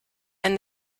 and